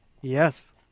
Yes